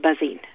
buzzing